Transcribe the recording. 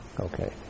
okay